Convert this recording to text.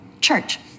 church